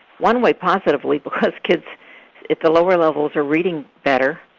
one way positively because kids at the lower levels are reading better,